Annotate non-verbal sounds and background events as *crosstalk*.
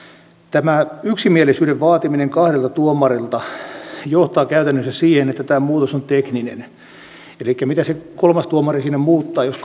tämä yksimielisyyden vaatiminen kahdelta tuomarilta johtaa käytännössä siihen että tämä muutos on tekninen elikkä mitä se kolmas tuomari siinä muuttaa jos *unintelligible*